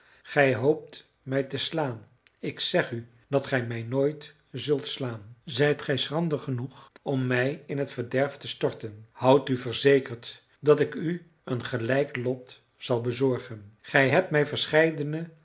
gij hoopt mij te slaan ik zeg u dat gij mij nooit zult slaan zijt gij schrander genoeg om mij in het verderf te storten houd u verzekerd dat ik u een gelijk lot zal bezorgen gij hebt mij